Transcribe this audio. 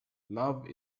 love